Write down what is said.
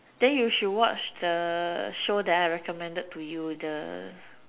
then you should watch the show that I recommended to you the